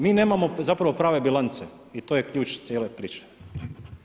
Mi nemamo zapravo prave bilance i to je ključ cijele priče.